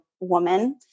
woman